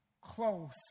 close